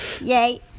Yay